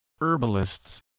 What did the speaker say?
herbalists